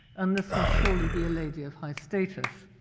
and this must surely be a lady of high status.